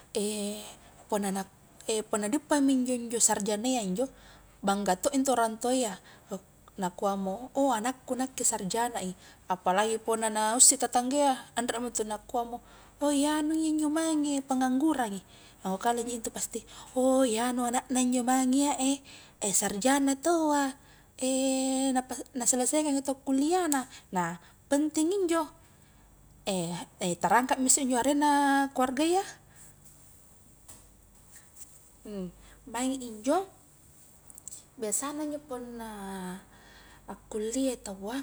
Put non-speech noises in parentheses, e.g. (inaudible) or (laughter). (hesitation) punna na epunna diuppami injo njo sarjana iya njo bangga to injo org tua iya, (hesitation) nakuaomo oh anakku nakke sarjanai, apalagi punna na usse tetangga iya anremo ntu nakuamo, he iyanu injo njo mae nge penganggurangi, (unintelligible) pasti oh i anu ana na injo mange iya eh, eh sarjana taua (hesitation) naselesaikangi tawwa kuliahna nah penting injo, eh terangkatmi isse injo arenna keluarga iya, maingi injo biasana njo punna akkuliah taua.